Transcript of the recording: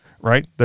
right